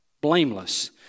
Blameless